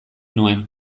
nuen